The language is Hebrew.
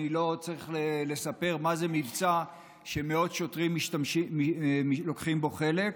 אני לא צריך לספר מה זה מבצע שמאות שוטרים לוקחים בו חלק,